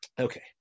Okay